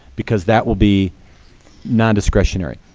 because that will be non-discretionary.